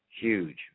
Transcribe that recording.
huge